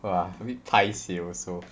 !wah! a bit paiseh also